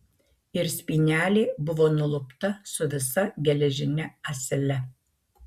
ir spynelė buvo nulupta su visa geležine ąsele